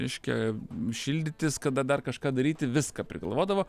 reiškia šildytis kada dar kažką daryti viską prigalvodavo